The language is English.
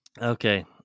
Okay